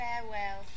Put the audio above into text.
farewell